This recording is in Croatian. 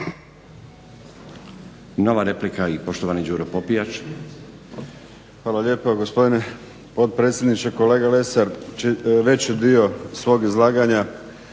Nova replika i poštovani Đuro Popijač. **Popijač, Đuro (HDZ)** Hvala lijepa gospodine potpredsjedniče. Kolega Lesar, veći dio svog izlaganja